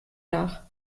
nach